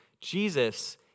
Jesus